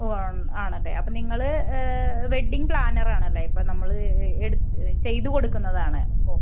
ഓ ആണല്ലെ അപ്പം നിങ്ങൾ വെഡ്ഡിങ്ങ് പ്ലാനറാണല്ലെ ഇപ്പം നമ്മൾ എടുത്ത് ചെയ്ത് കൊടുക്കുന്നതാണ് ഒ